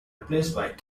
replaced